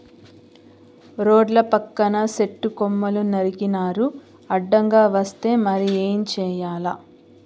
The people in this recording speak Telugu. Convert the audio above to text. రోడ్ల పక్కన సెట్టు కొమ్మలు నరికినారు అడ్డంగా వస్తే మరి ఏం చేయాల